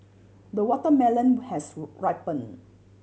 the watermelon has ripened